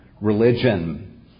religion